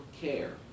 care